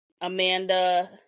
Amanda